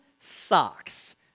socks